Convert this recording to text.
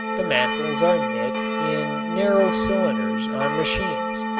the mantles are knit in narrow cylinders on machines,